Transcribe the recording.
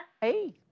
Hey